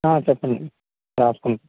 చెప్పండి రాసుకుం